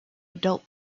adult